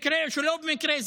במקרה או שלא במקרה,